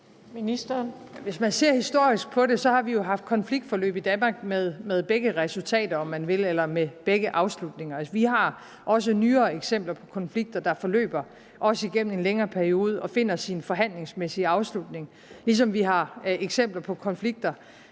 Hvis man ser historisk på det, har vi jo haft konfliktforløb i Danmark med begge resultater, om man vil, eller med begge afslutninger. Vi har også nyere eksempler på konflikter, der forløber også igennem en længere periode og finder sin forhandlingsmæssige afslutning, ligesom vi har eksempler på konflikter